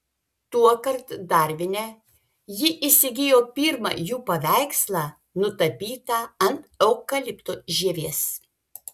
tuokart darvine ji įsigijo pirmą jų paveikslą nutapytą ant eukalipto žievės